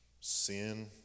sin